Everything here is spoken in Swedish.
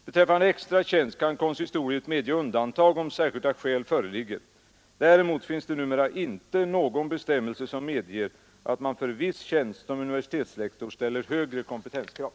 Beträffande extra tjänst kan konsistoriet medge undantag om särskilda skäl föreligger. Däremot finns det numera inte någon bestämmelse som medger att man för viss tjänst som universitetslektor ställer högre kompetenskrav.